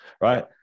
right